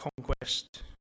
conquest